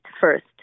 first